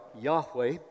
Yahweh